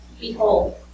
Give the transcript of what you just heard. Behold